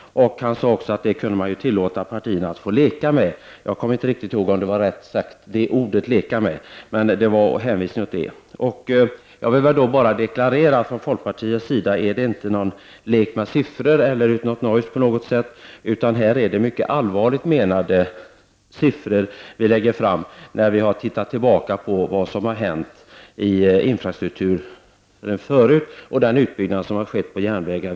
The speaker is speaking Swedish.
Han tillade att det kunde man tillåta partierna att få leka med — jag kommer inte ihåg om det var exakt det uttrycket han använde, men det var någonting åt det hållet. Jag vill då bara deklarera att från folkpartiets sida är det inte någon lek med siffror eller nojs på något sätt, utan det är mycket allvarligt menade siffror vi lägger fram sedan vi tittat tillbaka på vad som hänt med infrastrukturen förut och den utbyggnad som skett av järnvägarna.